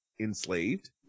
enslaved